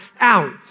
out